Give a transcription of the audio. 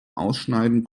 ausschneiden